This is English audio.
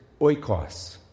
oikos